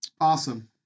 Awesome